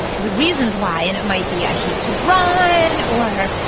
the reasons why, and it might be, i hate to run, or,